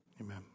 Amen